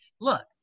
look